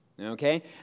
Okay